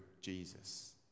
Jesus